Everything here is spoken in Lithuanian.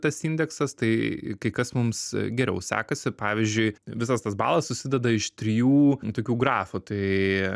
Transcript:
tas indeksas tai kai kas mums geriau sekasi pavyzdžiui visas tas balas susideda iš trijų tokių grafų tai